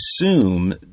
assume